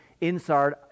inside